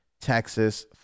Texas